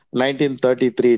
1933